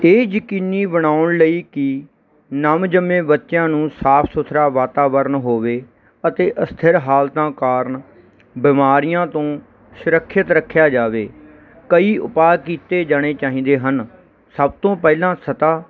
ਇਹ ਯਕੀਨੀ ਬਣਾਉਣ ਲਈ ਕਿ ਨਵਜੰਮੇ ਬੱਚਿਆਂ ਨੂੰ ਸਾਫ ਸੁਥਰਾ ਵਾਤਾਵਰਨ ਹੋਵੇ ਅਤੇ ਅਸਥਿਰ ਹਾਲਤਾਂ ਕਾਰਨ ਬਿਮਾਰੀਆਂ ਤੋਂ ਸੁਰੱਖਿਅਤ ਰੱਖਿਆ ਜਾਵੇ ਕਈ ਉਪਾਅ ਕੀਤੇ ਜਾਣੇ ਚਾਹੀਦੇ ਹਨ ਸਭ ਤੋਂ ਪਹਿਲਾਂ ਸਤਹ